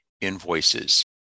invoices